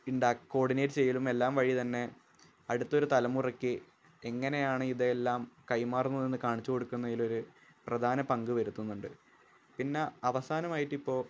coordinate ചെയ്യലും എല്ലാം വഴി തന്നെ അടുത്തൊരു തലമുറയ്ക് എങ്ങനെയാണ് ഇതെല്ലാം കൈമാറുന്നതെന്ന് കാണിച്ച് കൊടുക്കുന്നതിലൊരു പ്രധാന പങ്ക് വരുത്തുന്നുണ്ട് പിന്നെ അവസാനമായിട്ടിപ്പോള്